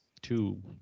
two